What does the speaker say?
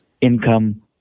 income